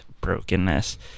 brokenness